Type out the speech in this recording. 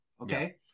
Okay